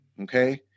Okay